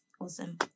Awesome